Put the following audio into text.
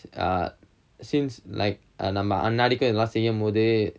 ah seems like நம்ம அன்னாடிக்கு இதலாம் செய்யும் போது:namma annadikku idalam seyyum pothu